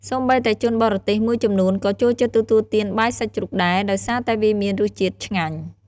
សូម្បីតែជនបរទេសមួយចំនួន ក៏ចូលចិត្តទទួលទានបាយសាច់ជ្រូកដែរ ដោយសារតែវាមានរសជាតិឆ្ងាញ់។